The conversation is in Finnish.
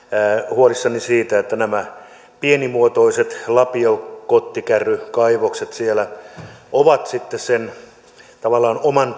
huolissani siitä kun näissä pienimuotoisissa lapio kottikärrykaivoksissa on sitten tavallaan sen oman